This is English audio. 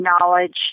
knowledge